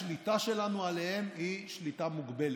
השליטה שלנו עליהם היא שליטה מוגבלת.